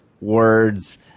words